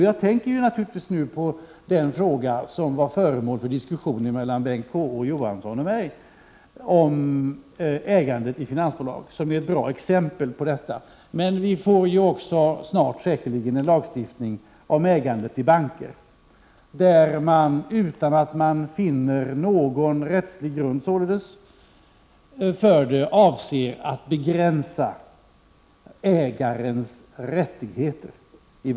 Jag tänker då på den fråga som var föremål för diskussion mellan Bengt K Å Johansson och mig om ägandet i finansbolag, som är ett bra exempel på detta. Säkerligen får vi snart också en lagstiftning om ägandet i banker i vilken man, utan att finna någon rättslig grund för det, avser att begränsa ägarens rättigheter.